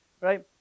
Right